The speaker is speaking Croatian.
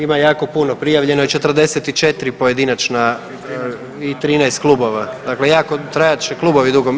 Ima jako puno, prijavljeno je 44 pojedinačna i 13 klubova, dakle jako, trajat će klubovi dugo.